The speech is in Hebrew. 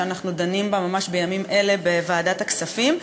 שאנחנו דנים בה ממש בימים אלה בוועדת הכספים.